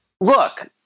Look